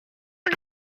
und